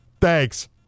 Thanks